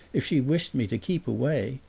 if she wished me to keep away,